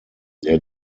der